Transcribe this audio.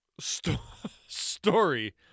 story